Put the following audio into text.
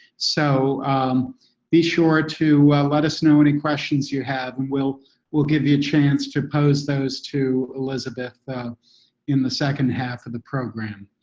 so be sure to let us know any questions you have, and we'll we'll give you a chance to pose those to elizabeth in the second half of the program.